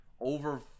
over